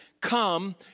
Come